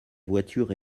voiture